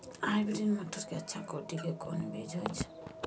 Hybrid मटर के अच्छा कोटि के कोन बीज होय छै?